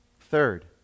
Third